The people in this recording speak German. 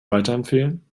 weiterempfehlen